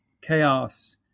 chaos